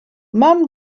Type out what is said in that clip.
mam